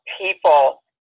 people